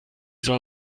soll